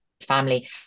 family